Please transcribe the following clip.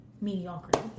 mediocrity